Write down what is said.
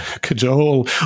cajole